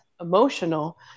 emotional